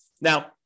Now